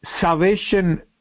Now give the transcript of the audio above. Salvation